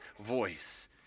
voice